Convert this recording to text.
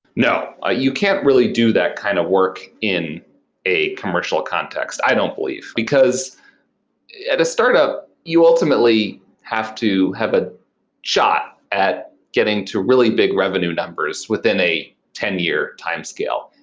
no. you can't really do that kind of work in a commercial context. i don't believe. because at a startup, you ultimately have to have a shot at getting to really big revenue numbers within a ten year timescale,